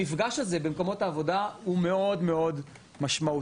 המפגש הזה במקומות העבודה הוא מאוד מאוד משמעותי